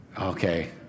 Okay